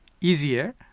easier